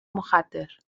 مخدر